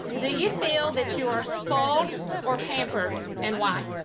do you feel that you are spoiled or pampered and why?